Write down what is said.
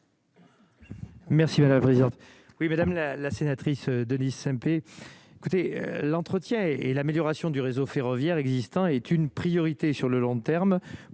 Merci Vale la vraie oui madame la la sénatrice Denise Saint-Pé écoutez l'entretien et l'amélioration du réseau ferroviaire existant est une priorité sur le long terme